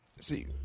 See